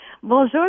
bonjour